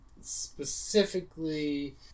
specifically